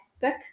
book